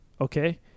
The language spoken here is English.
Okay